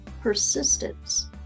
persistence